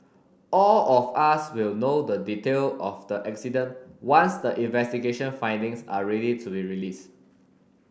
all of us will know the detail of the accident once the investigation findings are ready to be released